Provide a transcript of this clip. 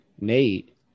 Nate